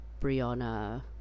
Brianna